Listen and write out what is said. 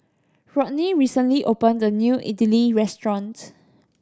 Rodney recently opened a new Idili restaurant